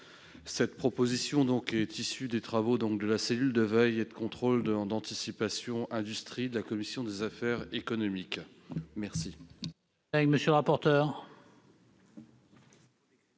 Cette proposition est issue des travaux de la cellule de veille, de contrôle et d'anticipation « Industrie » de la commission des affaires économiques. Quel